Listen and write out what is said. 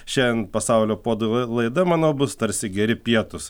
šiandien pasaulio puodų laida manau bus tarsi geri pietūs